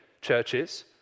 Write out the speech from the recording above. churches